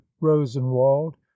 rosenwald